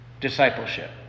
discipleship